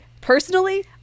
personally